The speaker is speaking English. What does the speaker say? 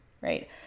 right